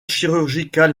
chirurgical